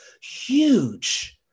huge